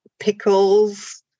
pickles